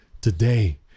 today